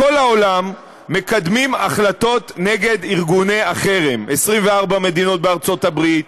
בכל העולם מקדמים החלטות נגד ארגוני החרם: 24 מדינות בארצות הברית,